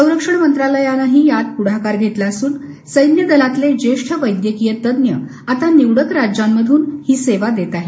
संरक्षण मंत्रालयानंही यात पुढाकार घेतला असून सैन्यदलातले ज्येष्ठ वैद्यकीय तज्ज्ञ आता निवडक राज्यांत ही सेवा देत आहेत